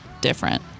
different